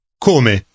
Come